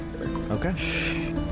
Okay